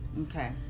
Okay